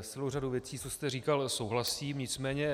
S celou řadou věcí, co jste říkal, souhlasím, nicméně